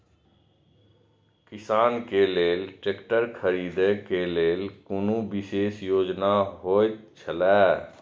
किसान के लेल ट्रैक्टर खरीदे के लेल कुनु विशेष योजना होयत छला?